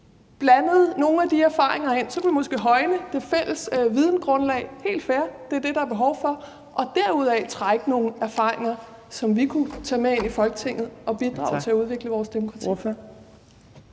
blandede nogle af de erfaringer ind. Så kunne vi måske højne det fælles videngrundlag – helt fair; det er det, der er behov for – og derudaf trække nogle erfaringer, som vi kunne tage med ind i Folketinget og bidrage til at udvikle vores demokrati.